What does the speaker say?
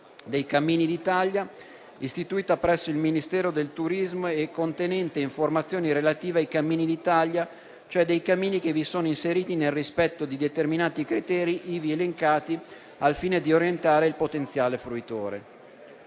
dei cammini d'Italia, istituita presso il Ministero del turismo e contenente informazioni relative ai cammini d'Italia, cioè dei cammini che vi sono inseriti nel rispetto di determinati criteri ivi elencati, al fine di orientare il potenziale fruitore.